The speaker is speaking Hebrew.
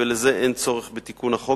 ולזה אין צורך בתיקון החוק,